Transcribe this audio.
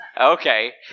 Okay